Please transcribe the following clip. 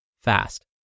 fast